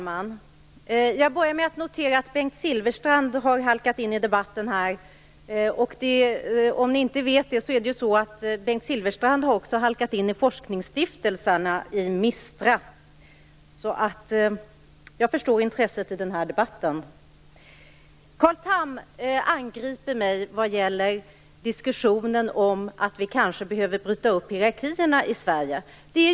Fru talman! Jag noterar att Bengt Silfverstrand har halkat in i debatten. Om det inte är bekant kan jag tala om att Bengt Silfverstrand också har halkat in i forskningsstiftelserna, nämligen i MISTRA. Jag förstår därför intresset för den här debatten. Carl Tham angriper mig vad gäller diskussionen om att vi kanske behöver bryta upp hierarkierna i Sverige.